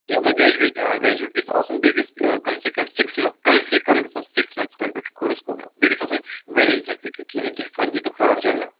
کیٚنٛہہ اَلبتہٕ گریجویش گَریجوِیٹ گَژِھِ آسُن بیٚیہِ گَژھِ کَم سے کَم سِکٕس مَنتھٕس کَم سے کَم گَژھِ آسُن سِکٕس مَنتھٕس کمپیِٛوٗٹَر کوٚرُس کوٚرمُت بیٚیہِ گَژھِ آسُن ویلِڈ سَٹفِکیٹ یعنے کیٚنٛہہ فَرضی تہٕ فرٛاڈ چَلہِ نہٕ